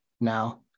now